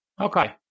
Okay